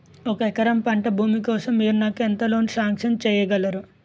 ఒక ఎకరం పంట భూమి కోసం మీరు నాకు ఎంత లోన్ సాంక్షన్ చేయగలరు?